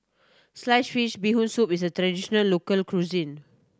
sliced fish Bee Hoon Soup is a traditional local cuisine